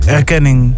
erkenning